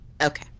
Okay